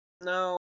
No